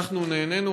אנחנו נהנינו,